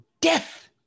death